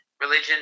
religion